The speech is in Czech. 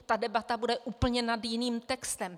Ta debata bude úplně nad jiným textem!